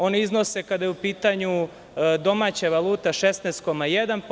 One iznose, kada je u pitanju domaća valuta, 16,1%